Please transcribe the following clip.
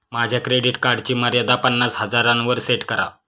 माझ्या क्रेडिट कार्डची मर्यादा पन्नास हजारांवर सेट करा